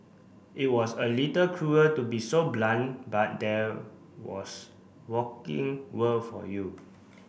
it was a little cruel to be so blunt but there was working world for you